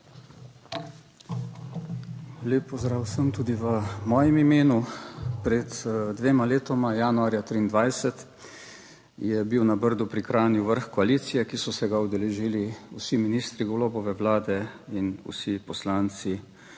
Lep pozdrav vsem tudi v mojem imenu. Pred dvema letoma, januarja 2023, je bil na Brdu pri Kranju vrh koalicije, ki so se ga udeležili vsi ministri Golobove Vlade in vsi poslanci